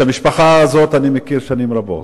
אני מכיר את המשפחה הזאת שנים רבות.